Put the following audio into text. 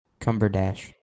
Cumberdash